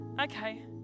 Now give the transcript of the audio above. okay